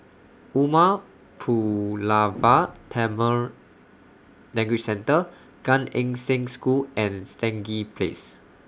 Umar Pulavar Tamil Language Centre Gan Eng Seng School and Stangee Place